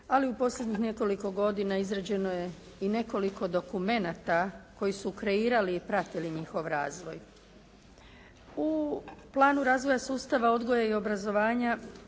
ali u posljednjih nekoliko godina izrađeno je i nekoliko dokumenata koji su kreirali i pratili njihov razvoj. U planu razvoja sustava odgoja i obrazovanja